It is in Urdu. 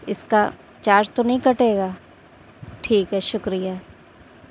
اس کا چارج تو نہیں کٹے گا ٹھیک ہے شکریہ